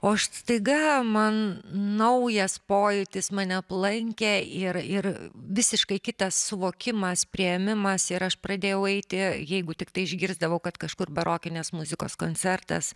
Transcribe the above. o aš staiga man naujas pojūtis mane aplankė ir ir visiškai kitas suvokimas priėmimas ir aš pradėjau eiti jeigu tiktai išgirsdavau kad kažkur barokinės muzikos koncertas